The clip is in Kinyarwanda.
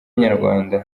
inyarwanda